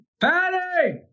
Patty